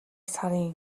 сарын